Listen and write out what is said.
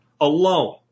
alone